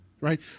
right